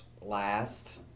last